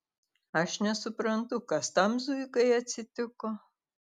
aš nesuprantu kas tam zuikai atsitiko